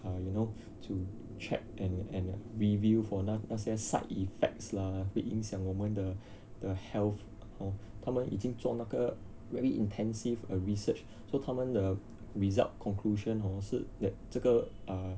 uh you know to check and and review for 那那些 side effects lah 会影响我们的的 health hor 他们已经做那个 very intensive uh research so 他们的 result conclusion hor 是 that 这个 uh